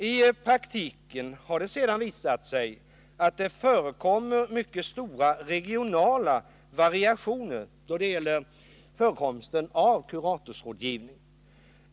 I praktiken har det sedan visat sig att det förekommer mycket stora regionala variationer då det gäller förekomsten av kuratorsrådgivning.